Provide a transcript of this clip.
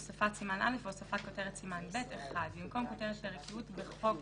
הוספת סימן א' והוספת כותרת סימן ב' 1. במקום כותרת פרק י' בחוק